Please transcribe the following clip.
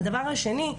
הדבר השני,